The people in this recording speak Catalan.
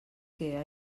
que